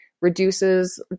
reduces